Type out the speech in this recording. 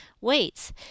weights